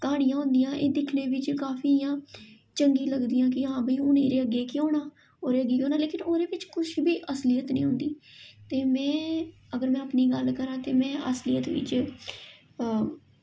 क्हानियां होंदियां एह् दिक्खने बिच्च काफी इ'यां चंगी लगदियां कि हां भाई हून अग्गें केह् होना ओह्दे अग्गें केह् होना पर लेकिन ओह्दे बिच्च कुछ बी असलियत निं होंदी ते में अगर में अपनी गल्ल करां ते में असलियत बिच्च